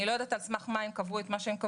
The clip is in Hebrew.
לא יודעת על סמך מה הם קבעו את מה שקבעו.